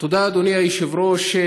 תודה, אדוני היושב-ראש.